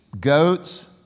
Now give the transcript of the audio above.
goats